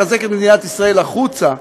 לחזק את מדינת ישראל החוצה,